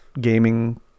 gaming